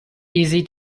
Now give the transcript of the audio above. easy